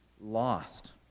lost